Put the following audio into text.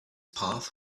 path